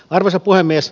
arvoisa puhemies